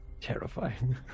terrifying